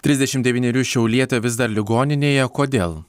trisdešim devynerių šiaulietė vis dar ligoninėje kodėl